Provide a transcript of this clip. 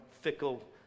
fickle